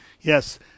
Yes